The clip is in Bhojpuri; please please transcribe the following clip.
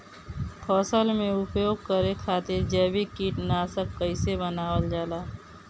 फसल में उपयोग करे खातिर जैविक कीटनाशक कइसे बनावल जाला?